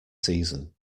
season